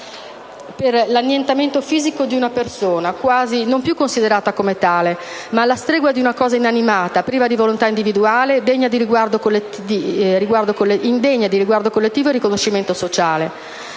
per l'annientamento fisico di una persona, quasi non più considerata come tale, ma alla stregua di una cosa inanimata, priva di volontà individuale, indegna di riguardo collettivo e riconoscimento sociale.